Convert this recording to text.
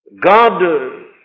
God